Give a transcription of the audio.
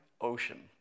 ocean